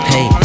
Hey